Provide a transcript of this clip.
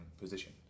position